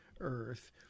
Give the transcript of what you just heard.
earth